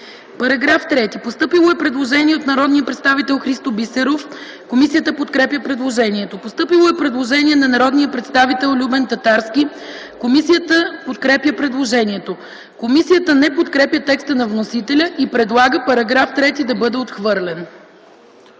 По § 3: Постъпило е предложение от народния представител Христо Бисеров. Комисията подкрепя предложението. Постъпило е предложение от народния представител Любен Татарски. Комисията подкрепя предложението. Комисията не подкрепя текста на вносителя и предлага § 3 да бъде отхвърлен.